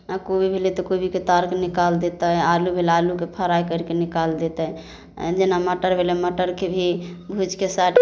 कोबी भेलै तऽ कोबीके तरि कऽ निकालि देतै तखन आलू भेलै आलूकेँ फ्राइ करि कऽ निकालि देतै जेना मटर भेलै मटरकेँ भी भूजि कऽ साइड